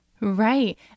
Right